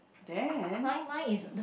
then